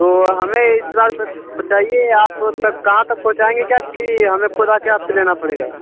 तो हमें फ़िलहाल बस पहुंचाइए आप तक कहाँ तक पहुंचाएंगे क्या कि हमें ख़ुद आ कर आप से लेना पड़ेगा